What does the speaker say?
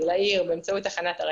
ולספח אותם מוניציפאלית לעיר מעבר להרי